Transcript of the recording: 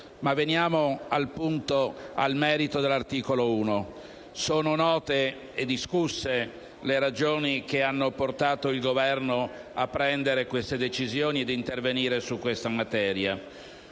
Ma veniamo al merito dell'articolo 1. Sono note e discusse le ragioni che hanno portato il Governo a prendere la decisione di intervenire su questa materia.